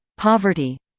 poverty